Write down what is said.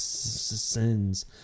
sins